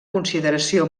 consideració